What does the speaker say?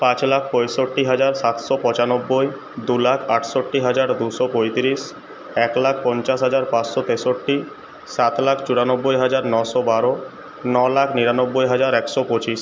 পাঁচ লাখ পঁয়ষট্টি হাজার সাতশো পঁচানব্বই দু লাখ আটষট্টি হাজার দুশো পঁয়তিরিশ এক লাখ পঞ্চাশ হাজার পাঁচশো তেষট্টি সাত লাখ চুরানব্বই হাজার নশো বারো ন লাখ নিরানব্বই হাজার একশো পঁচিশ